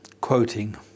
quoting